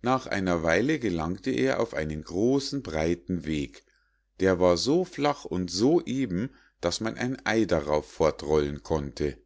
nach einer weile gelangte er auf einen großen breiten weg der war so flach und so eben daß man ein ei darauf fortrollen konnte